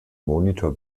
monitor